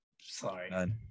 Sorry